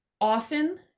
often